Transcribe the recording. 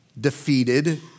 defeated